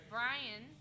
Brian